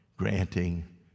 granting